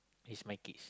it's my kids